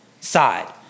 side